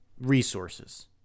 resources